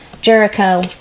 Jericho